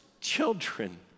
children